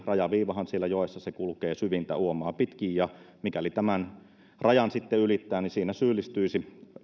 rajaviivahan siellä joissa kulkee syvintä uomaa pitkin ja mikäli sinne mentäisiin ja mikäli tämän rajan sitten ylittää niin siinä syyllistyisi